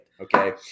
Okay